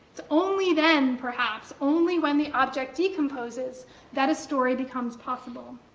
it's only then, perhaps, only when the object decomposes that a story becomes possible.